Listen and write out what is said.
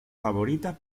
favoritas